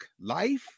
life